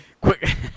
Quick